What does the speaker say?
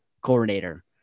coordinator